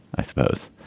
i suppose